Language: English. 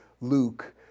Luke